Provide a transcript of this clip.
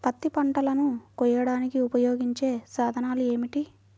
పత్తి పంటలను కోయడానికి ఉపయోగించే సాధనాలు ఏమిటీ?